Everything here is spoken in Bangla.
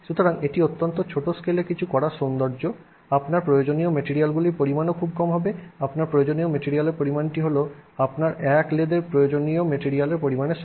সুতরাং এটি হল অত্যন্ত ছোট স্কেলে কিছু করার সৌন্দর্য আপনার প্রয়োজনীয় ম্যাটেরিয়ালের পরিমাণও খুব কম হবে আপনার প্রয়োজনীয় মেটেরিয়ালের পরিমাণটি হল আপনার এক লেদ এর জন্য প্রয়োজনীয় ম্যাটেরিয়ালের পরিমাণ